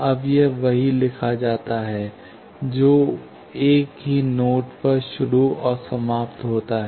अब यह वही लिखा जाता है जो एक ही नोड पर शुरू और समाप्त होता है